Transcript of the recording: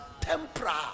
Tempera